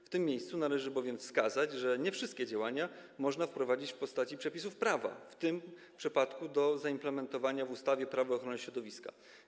W tym miejscu należy bowiem wskazać, że nie wszystkie działania można wprowadzić w postaci przepisów prawa, w tym przypadku do zaimplementowania w ustawie Prawo ochrony środowiska.